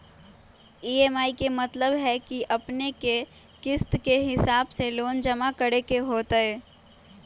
EMI के मतलब है कि अपने के किस्त के हिसाब से लोन जमा करे के होतेई?